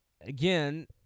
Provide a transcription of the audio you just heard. Again